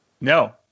No